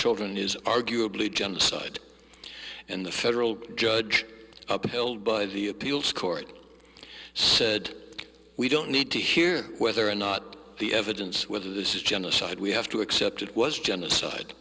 children is arguably genocide and the federal judge upheld by the appeals court said we don't need to hear whether or not the evidence whether this is genocide we have to accept it was genocide